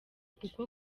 kuko